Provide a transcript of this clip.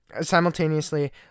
simultaneously